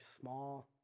small